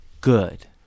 good